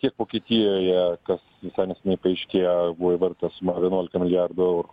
tiek vokietijoje kas visai neseniai paaiškėjo buvo įvardinta suma vienuolika milijardų eurų